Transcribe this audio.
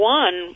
one